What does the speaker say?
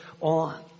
on